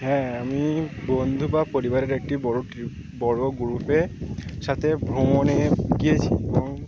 হ্যাঁ আমি বন্ধু বা পরিবারের একটি বড় বড় গ্রুপের সাথে ভ্রমণে গিয়েছি এবং